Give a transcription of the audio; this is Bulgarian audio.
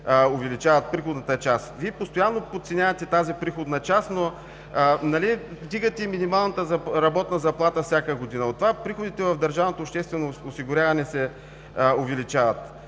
увеличават в приходната част. Вие постоянно подценявате тази приходна част, но нали вдигате минималната работна заплата всяка година. От това приходите в държавното обществено осигуряване се увеличават.